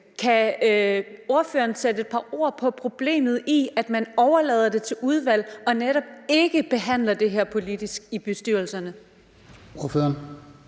Kan ordføreren sætte et par ord på problemet i, at man overlader det til udvalgene og netop ikke behandler det her er politisk i kommunalbestyrelserne?